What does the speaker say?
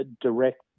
direct